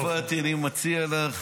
חברת הכנסת צרפתי, אני מציע לך